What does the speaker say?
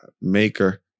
maker